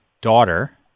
daughter